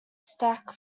stack